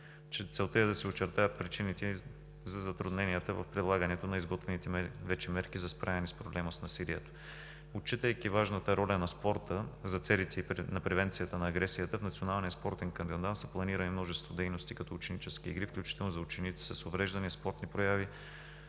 Целта е да се очертаят причините за затрудненията в прилагането на изготвените вече мерки за справяне с проблема на насилието. Отчитайки важната роля на спорта за целите на превенцията на агресията, в Националния спортен календар са планирани множество дейности, като ученически игри, включително за ученици с увреждане, спортни прояви,